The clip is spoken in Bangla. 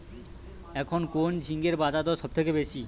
এখন কোন ঝিঙ্গের বাজারদর সবথেকে বেশি?